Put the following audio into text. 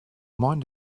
mind